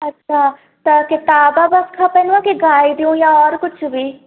अच्छा त किताब बसि खपेनिव की गाइडियूं या और कुझु बि